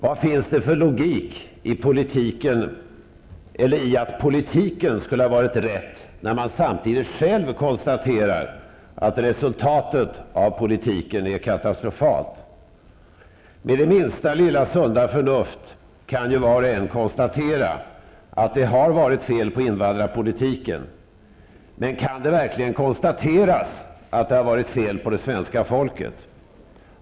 Vad finns det för logik i att politiken skulle ha varit rätt, när man samtidigt själv konstaterar att resultatet av politiken är katastrofalt? Med det minsta lilla sunda förnuft kan var och en konstatera att det har varit fel på invandrarpolitiken. Men kan det verkligen konstateras att det har varit fel på det svenska folket?